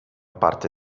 parte